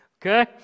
Okay